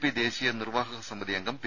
P ദേശീയ നിർവാഹക സമിതിയംഗം പി